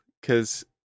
Because-